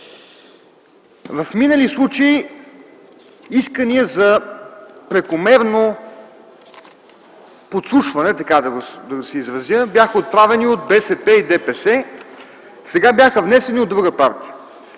В минали случаи искания за прекомерно подслушване, така да се изразя, бяха отправени от БСП и ДПС. Сега бяха внесени от друга партия.